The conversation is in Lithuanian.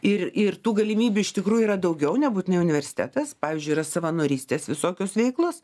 ir ir tų galimybių iš tikrųjų yra daugiau nebūtinai universitetas pavyzdžiui yra savanorystės visokios veiklos